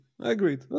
Agreed